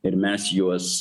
ir mes juos